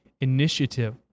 initiative